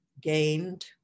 gained